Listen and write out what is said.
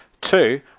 Two